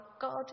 God